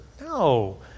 No